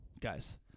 guys